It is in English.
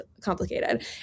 complicated